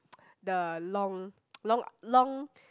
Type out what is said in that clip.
the long long long